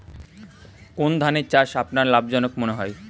কোন ধানের চাষ আপনার লাভজনক মনে হয়?